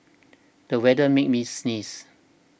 the weather made me sneeze